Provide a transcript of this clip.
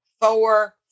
four